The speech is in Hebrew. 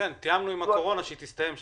--- תיאמנו עם הקורונה שהיא תסתיים שם.